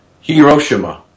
Hiroshima